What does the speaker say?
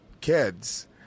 kids